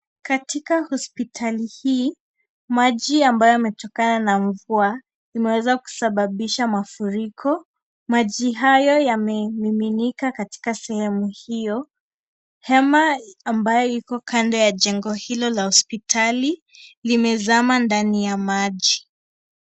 Katika hospitali hii maji ambayo yametokana na mvua imeweza kusababisha mafuriko. Maji hayo yamemiminika katika sehemu hiyo. Hema ambayo iko kando la jengo hilo la hospitali limezama ndani ya maji.